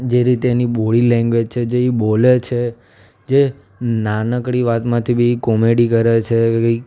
જે રીતે એની બોડી લેંગ્વેજ છે જે એ બોલે છે જે નાનકડી વાતમાંથી બી કોમેડી કરે છે એવી